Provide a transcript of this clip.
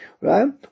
right